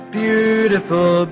beautiful